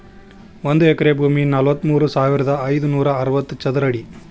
ಒಂದ ಎಕರೆ ಭೂಮಿ ನಲವತ್ಮೂರು ಸಾವಿರದ ಐದನೂರ ಅರವತ್ತ ಚದರ ಅಡಿ